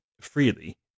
freely